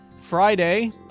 Friday